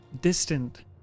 distant